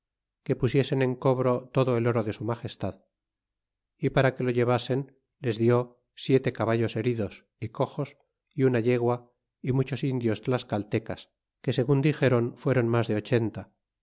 que pusiesen en cobro todo el oro de su magestad y para que lo llevasen les dió siete caballos heridos y coxos y una yegua y muchos indios tlascaltecas que segun dixóron fueron mas de ochenta